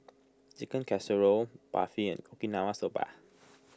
Chicken Casserole Barfi and Okinawa Soba